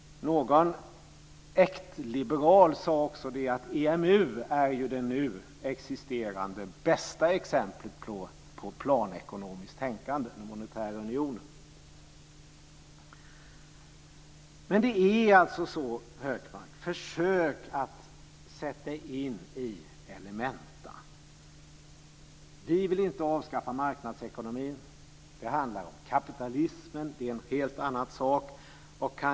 Någon äktliberal sade att det är EMU som är det nu existerande bästa exemplet på planekonomiskt tänkande, dvs. den monetära unionen. Hökmark måste försöka sätta sig in i elementa. Vi vill inte avskaffa marknadsekonomin. Det handlar om kapitalismen. Det är en helt annan sak.